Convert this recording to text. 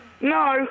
No